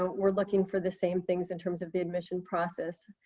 we're looking for the same things in terms of the admission process.